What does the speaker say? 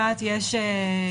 שנתמודד איתו,